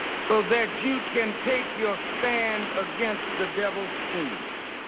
so that you can take your stand against the devil's schemes.